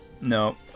No